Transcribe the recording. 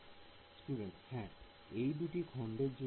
Student Yeah হ্যাঁ এই দুটি খন্ডের জন্য